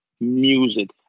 music